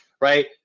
right